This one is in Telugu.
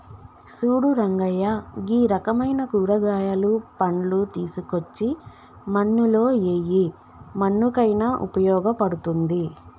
సూడు రంగయ్య గీ రకమైన కూరగాయలు, పండ్లు తీసుకోచ్చి మన్నులో ఎయ్యి మన్నుకయిన ఉపయోగ పడుతుంది